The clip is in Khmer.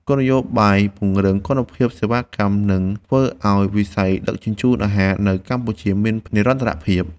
គោលនយោបាយពង្រឹងគុណភាពសេវាកម្មនឹងធ្វើឱ្យវិស័យដឹកជញ្ជូនអាហារនៅកម្ពុជាមាននិរន្តរភាព។